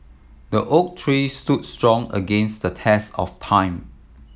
the oak tree stood strong against the test of time